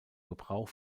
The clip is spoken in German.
gebrauch